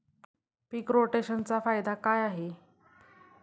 पीक रोटेशनचा फायदा काय आहे?